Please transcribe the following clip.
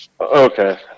Okay